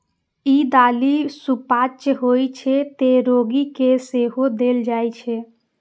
ई दालि सुपाच्य होइ छै, तें रोगी कें सेहो देल जाइ छै